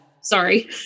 Sorry